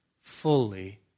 fully